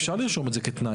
אפשר לרשום את זה כתנאי,